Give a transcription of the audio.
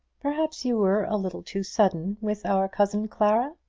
perhaps you were a little too sudden with our cousin clara?